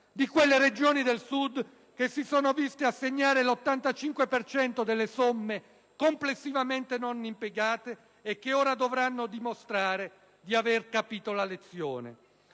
di quelle Regioni del Sud che si sono viste assegnare l'85 per cento delle somme complessivamente non impegnate e che ora dovranno dimostrare di aver capito la lezione.